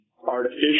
artificial